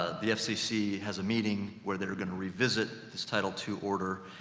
the fcc has a meeting where they're going to revisit this title two order,